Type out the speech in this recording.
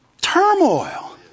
turmoil